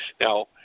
Now